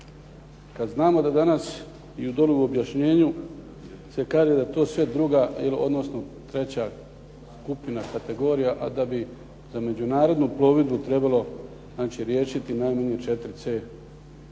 kad znamo da danas i u onom objašnjenju se kaže da je to sve druga odnosno treća skupina kategorija a da bi za međunarodnu plovidbu trebalo riješiti najmanje 4C